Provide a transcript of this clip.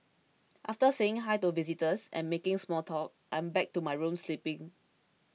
after saying Hi to visitors and making small talk I'm back to my room sleeping